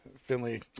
finley